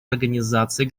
организаций